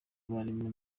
barimo